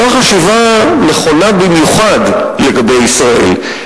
אותה חשיבה נכונה במיוחד לגבי ישראל.